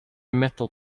metal